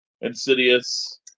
Insidious